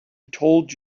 told